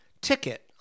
ticket